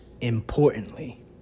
importantly